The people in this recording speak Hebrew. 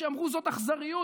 ואמרו: זאת אכזריות,